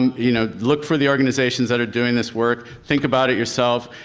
and you know, look for the organizations that are doing this work, think about it yourself,